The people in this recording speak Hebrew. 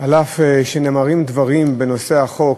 אף שנאמרים דברים בנושא החוק,